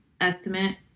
estimate